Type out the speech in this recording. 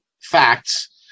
facts